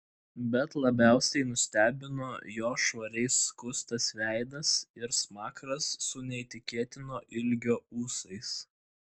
bet labiausiai nustebino jo švariai skustas veidas ir smakras su neįtikėtino ilgio ūsais